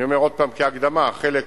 אני אומר עוד פעם כהקדמה, חלק